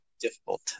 difficult